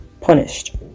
punished